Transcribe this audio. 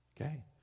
Okay